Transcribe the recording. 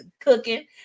cooking